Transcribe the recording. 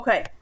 Okay